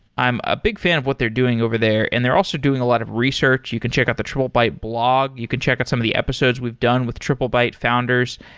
i'm a big fan of what they're doing over there and they're also doing a lot of research. you can check out the triplebyte blog. you can check out some of the episodes we've done with triplebyte founders.